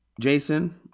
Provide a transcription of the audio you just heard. Jason